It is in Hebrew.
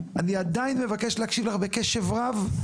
ואני עדיין מבקש להקשיב לך בקשב רב,